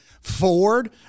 Ford